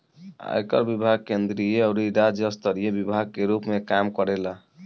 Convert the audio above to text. आयकर विभाग केंद्रीय अउरी राज्य स्तरीय विभाग के रूप में काम करेला